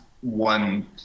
one